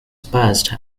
passed